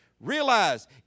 realize